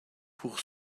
pour